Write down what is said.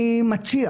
אני מציע